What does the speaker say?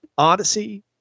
Odyssey